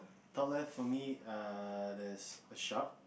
top left for me err there's a shark